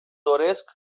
doresc